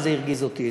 וזה הרגיז אותי,